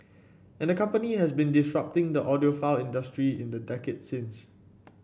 and the company has been disrupting the audiophile industry in the decades since